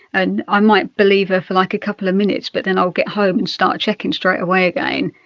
and i might believe her for like a couple of minutes but then i'll get home and start checking straight away again.